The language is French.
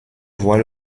voit